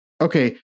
Okay